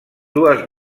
dues